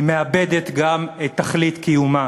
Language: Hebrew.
היא מאבדת גם את תכלית קיומה